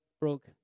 broke